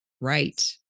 Right